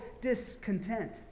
discontent